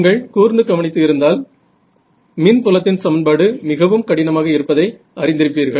நீங்க கூர்ந்து கவனித்து இருந்தால் மின் புலத்தின் சமன்பாடு மிகவும் கடினமாக இருப்பதை அறிந்திருப்பீர்கள்